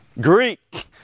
Greek